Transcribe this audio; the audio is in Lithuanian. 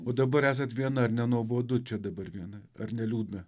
o dabar esat viena ar nenuobodu čia dabar vienai ar neliūdna